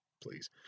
Please